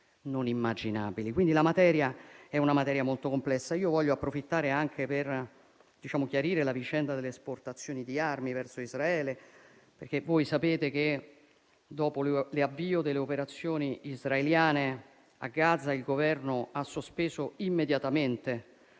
non immaginabili, quindi la materia è molto complessa. Vorrei approfittare anche per chiarire la vicenda delle esportazioni di armi verso Israele. Voi sapete che, dopo l'avvio delle operazioni israeliane a Gaza, il Governo ha sospeso immediatamente